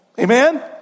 Amen